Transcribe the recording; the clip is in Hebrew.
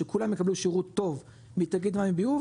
שכולם יקבלו שירות טוב מתאגיד מים ביוב,